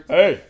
Hey